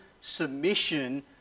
submission